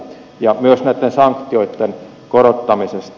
ja myös näitten sanktioitten korottamisesta